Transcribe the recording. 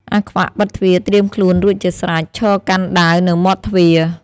អាខ្វាក់ បិទទ្វារត្រៀមខ្លួនរួចជាស្រេច ឈរកាន់ដាវនៅមាត់ទ្វារ។